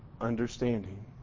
understanding